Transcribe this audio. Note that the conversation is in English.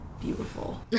beautiful